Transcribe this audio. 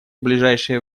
ближайшее